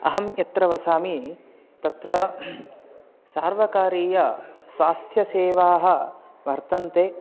अहं यत्र वसामि तत्र सर्वकारीयस्वास्थ्यसेवाः वर्तन्ते